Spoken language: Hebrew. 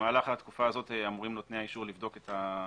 ובמהלך התקופה הזאת אמורים נותני האישור לבדוק את העסק.